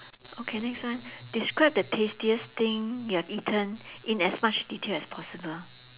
okay next one describe the tastiest thing you have eaten in as much detail as possible